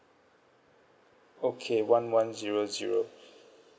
okay one one zero zero